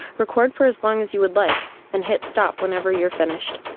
record for as long as you would like and hit stop whenever you're finished.